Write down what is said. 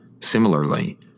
Similarly